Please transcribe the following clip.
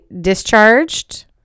discharged